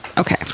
okay